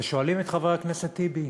ושואלים את חבר הכנסת טיבי: